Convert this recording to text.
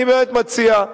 אני באמת מציע,